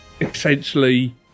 essentially